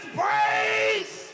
praise